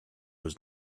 was